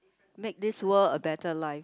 make this world a better life